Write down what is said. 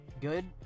good